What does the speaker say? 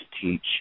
teach